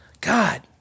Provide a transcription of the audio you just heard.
God